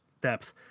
depth